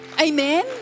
Amen